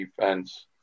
defense